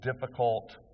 difficult